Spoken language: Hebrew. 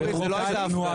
אורית, זאת לא הייתה הפגנה.